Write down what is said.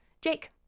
Jake